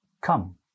Come